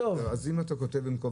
אם אתה כותב,